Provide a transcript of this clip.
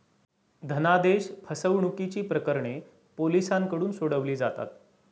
धनादेश फसवणुकीची प्रकरणे पोलिसांकडून सोडवली जातात